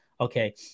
Okay